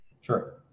Sure